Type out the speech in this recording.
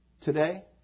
today